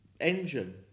engine